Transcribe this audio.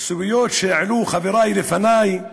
בסוגיות שהעלו חברי לפני,